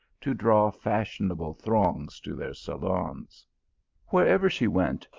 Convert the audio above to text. to draw fashionable throngs to their saloons. wherever she went,